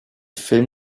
film